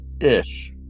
ish